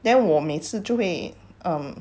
then 我每次就会 um